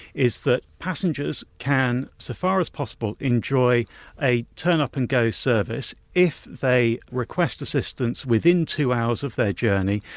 is that passengers can, so far as possible, enjoy a turn up and go service if they request assistance within two hours of their journey.